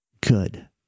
good